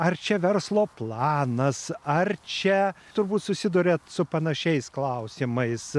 ar čia verslo planas ar čia turbūt susiduriat su panašiais klausimais